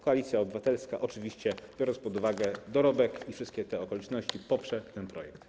Koalicja Obywatelska oczywiście, biorąc pod uwagę dorobek i wszystkie te okoliczności, poprze ten projekt.